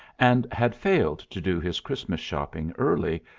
and had failed to do his christmas shopping early,